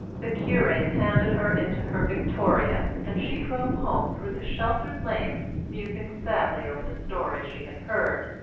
the curate handed her into her victoria, and she drove home through the sheltered lanes musing sadly over the story she had heard,